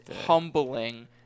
humbling